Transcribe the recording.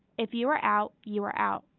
if you are out, you are out,